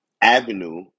avenue